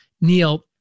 Neil